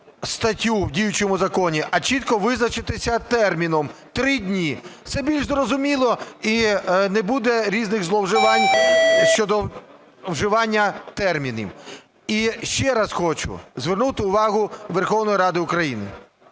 статтю в діючому законі, а чітко визначитись з терміном – три дні. Це більш зрозуміло і не буде різних зловживань щодо вживання термінів. І ще раз хочу звернути увагу Верховної Ради України.